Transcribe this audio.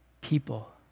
People